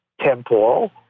temporal